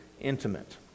intimate